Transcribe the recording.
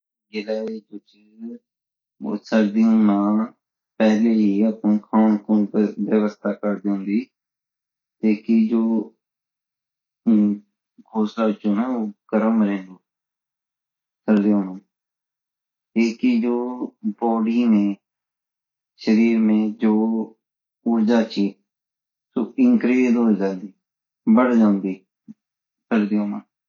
गिल्हैरी जो ची वो सर्दियों मा पहेली हीही अपणु खोणु की व्यवस्था कर दयेन्दी टेकि जो घोसला ची न वो गरम रहिन्दु सर्दियों माँ टेकि जो बॉडी मई शरीर मई जो ऊर्जा ची वो इनक्रीस हो झंडी बढ़ जांदी सर्दियों मा